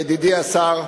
ידידי השר,